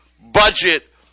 budget